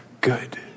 good